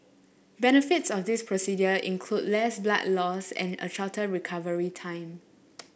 benefits of this procedure include less blood loss and a shorter recovery time